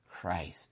Christ